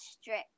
strict